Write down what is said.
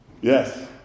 yes